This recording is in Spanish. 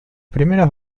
primeras